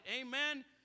Amen